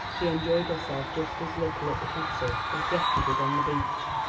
she enjoyed herself just as little at the castle as geoffrey did on the beach.